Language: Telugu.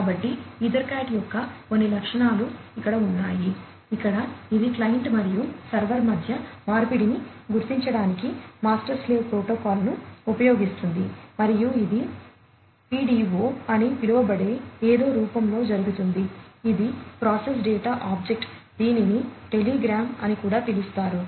కాబట్టి ఈథర్క్యాట్ అని కూడా పిలుస్తారు